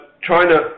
China